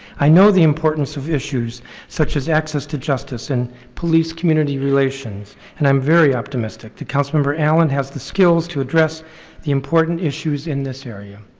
i know the importance of issues such as access to justice and police community relations, and i'm very optimistic that councilmember allen has the skills to address the important issues in this area,